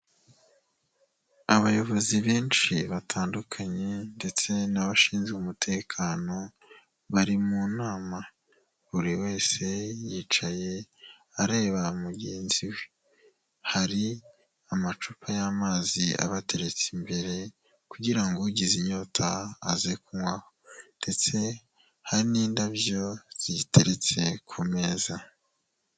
Abayobozi benshi batandukanye ndetse n'abashinzwe umutekano bari mu nama buri wese yicaye areba mugenzi we, hari amacupa y'amazi abateretse imbere kugira ngo ugize inyota aze kunywaho ndetse hari n'indabyo ziteretse ku meza.